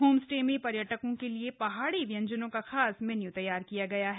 home stay में र्यटकों के लिए हाडी व्यंजनों का खास मैन्यू तैयार किया गया है